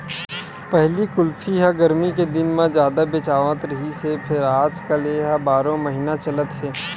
पहिली कुल्फी ह गरमी के दिन म जादा बेचावत रिहिस हे फेर आजकाल ए ह बारो महिना चलत हे